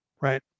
right